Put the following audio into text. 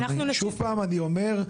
שוב פעם אני אומר,